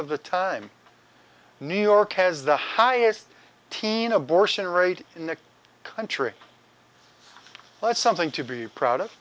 of the time new york has the highest teen abortion rate in the country let something to be proud of